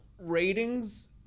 ratings